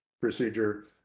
procedure